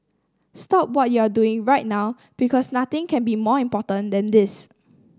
stop what you're doing right now because nothing can be more important than this